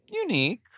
unique